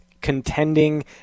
contending